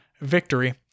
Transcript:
victory